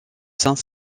saint